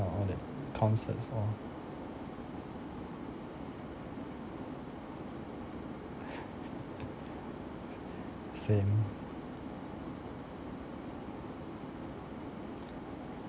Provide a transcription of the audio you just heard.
or all that concerts all same